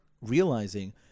realizing